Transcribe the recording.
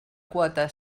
quota